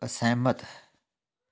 ਅਸਹਿਮਤ